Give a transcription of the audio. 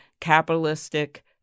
capitalistic